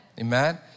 Amen